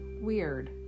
weird